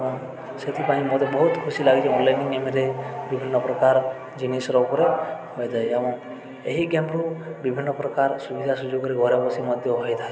ଏବଂ ସେଥିପାଇଁ ମୋତେ ବହୁତ ଖୁସି ଲାଗେ ଅନ୍ଲାଇନ୍ ଗେମ୍ରେ ବିଭିନ୍ନପ୍ରକାର ଜିନିଷର ଉପରେ ହୋଇଥାଏ ଏବଂ ଏହି ଗେମ୍ରୁ ବିଭିନ୍ନପ୍ରକାର ସୁବିଧା ସୁଯୋଗରେ ଘରେ ବସି ମଧ୍ୟ ହୋଇଥାଏ